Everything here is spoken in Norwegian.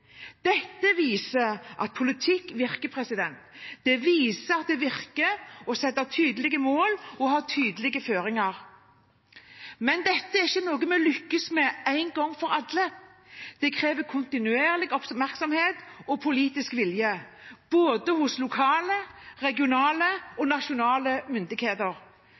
Dette viser at politikk virker. Det viser at det virker å sette tydelige mål og gi tydelige føringer. Dette er ikke noe vi lykkes med en gang for alle. Det krever kontinuerlig oppmerksomhet og politisk vilje, både hos lokale, regionale og nasjonale myndigheter.